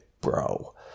bro